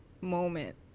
moment